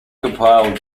compiled